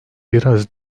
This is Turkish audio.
biraz